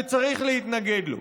שצריך להתנגד לו.